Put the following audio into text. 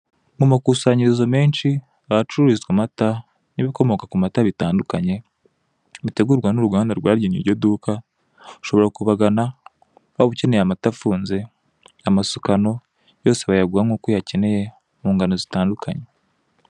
Mu makusanyirizo menshi ahacururizwa amata n'ibikomoka ku mata bitandukanye bitegurwa n'uruganda rwagenwe iryo duka, ushobora kubagana waba ukeneye amata afunze, amasukano yose bayaguha nkuko uyakeneye mu ngano zitandukanye.